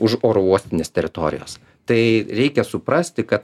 už oro uostinės teritorijos tai reikia suprasti kad